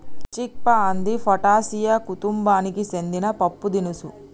చిక్ పా అంది ఫాటాసియా కుతుంబానికి సెందిన పప్పుదినుసు